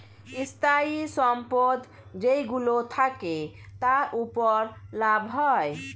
স্থায়ী সম্পদ যেইগুলো থাকে, তার উপর লাভ হয়